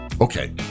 Okay